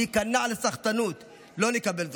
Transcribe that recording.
להיכנע לסחטנות, לא נקבל זאת.